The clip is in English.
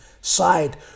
side